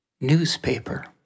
newspaper